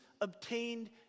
obtained